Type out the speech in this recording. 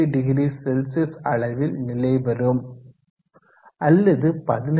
70C அளவில் நிலைபெறும் அல்லது 18